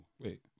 Wait